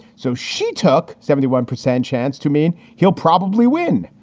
so she took seventy one percent chance to mean he'll probably win,